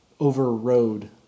overrode